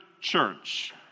church